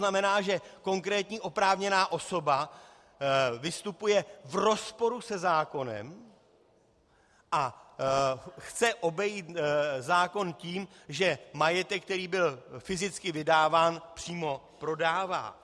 Znamená to, že konkrétní oprávněná osoba vystupuje v rozporu se zákonem a chce obejít zákon tím, že majetek, který byl fyzicky vydáván, přímo prodává.